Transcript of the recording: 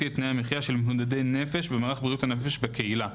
את תנאי המחייה של מתמודדי נפש במערך בריאות הנפש בקהילה,